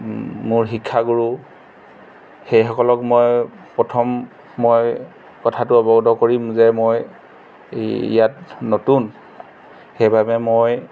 মোৰ শিক্ষাগুৰু সেইসকলক মই প্ৰথম মই কথাটো অৱগত কৰিম যে মই এই ইয়াত নতুন সেইবাবে মই